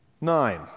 nine